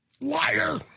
Liar